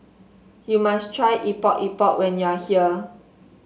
you must try Epok Epok when you are here